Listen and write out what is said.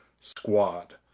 squad